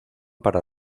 para